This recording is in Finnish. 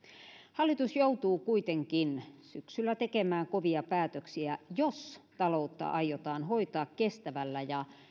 hallitus joutuu kuitenkin syksyllä tekemään kovia päätöksiä jos taloutta aiotaan hoitaa kestävällä ja